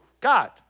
God